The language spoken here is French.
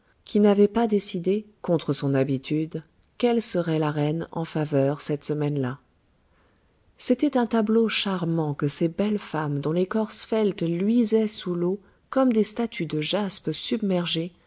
qui n'avait pas décidé contre son habitude quelle serait la reine en faveur cette semaine-là c'était un tableau charmant que ces belles femmes dont les corps sveltes luisaient sous l'eau comme des statues de jaspe submergées